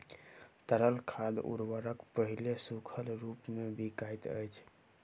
तरल खाद उर्वरक पहिले सूखल रूपमे बिकाइत अछि